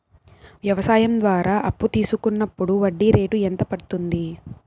వ్యవసాయం ద్వారా అప్పు తీసుకున్నప్పుడు వడ్డీ రేటు ఎంత పడ్తుంది